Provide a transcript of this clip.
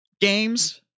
games